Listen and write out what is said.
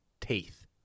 teeth